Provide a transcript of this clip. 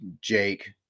Jake